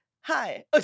Hi